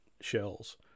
shells